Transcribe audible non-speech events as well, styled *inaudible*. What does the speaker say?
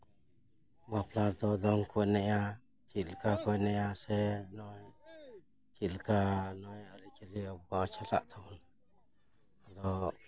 ᱵᱟᱯᱞᱟ ᱨᱮᱫᱚ ᱫᱚᱝ ᱠᱚ ᱮᱱᱮᱡᱟ ᱪᱮᱫ ᱞᱮᱠᱟ ᱠᱚ ᱮᱱᱮᱡᱟ ᱥᱮ ᱪᱮᱫ ᱞᱮᱠᱟ ᱱᱚᱜᱼᱚᱭ ᱟᱹᱨᱤ ᱪᱟᱹᱞᱤ ᱟᱵᱯᱣᱟᱜ *unintelligible* ᱪᱟᱞᱟᱜ ᱛᱟᱵᱚᱱᱟ ᱟᱫᱚ